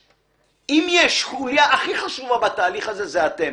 אם יש חוליה הכי חשובה בתהליך הזה זה אתם,